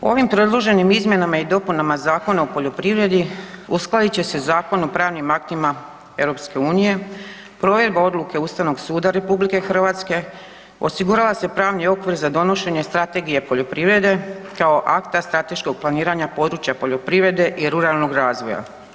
Ovim predloženim izmjenama i dopunama Zakona o poljoprivredi uskladit će se zakon o pravnim aktima EU, provedba odluke Ustavnog suda RH, osigurava se pravni okvir za donošenje strategije poljoprivrede kao akta strateškog planiranja područja poljoprivrede i ruralnog razvoja.